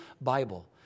Bible